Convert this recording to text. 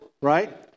right